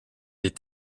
est